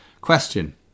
question